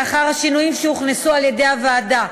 לאחר השינויים שהוכנסו על-ידי הוועדה,